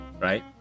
right